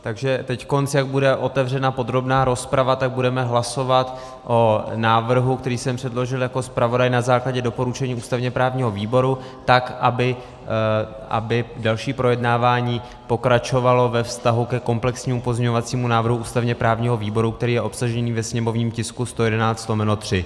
Takže teď, jak bude otevřena podrobná rozprava, tak budeme hlasovat o návrhu, který jsem předložil jako zpravodaj na základě doporučení ústavněprávního výboru, tak aby další projednávání pokračovalo ve vztahu ke komplexnímu pozměňovacímu návrhu ústavněprávního výboru, který je obsažený ve sněmovním tisku 111/3.